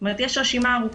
זאת אומרת, יש רשימה ארוכה